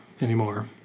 anymore